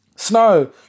snow